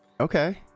Okay